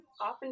often